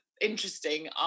interesting